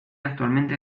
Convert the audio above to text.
actualmente